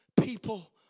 People